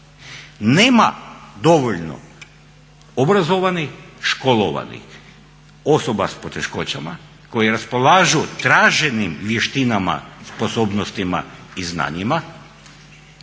nema dovoljno obrazovanih, školovanih osoba sa poteškoćama koje raspolažu traženim vještinama, sposobnostima i znanjima.